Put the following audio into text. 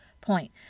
point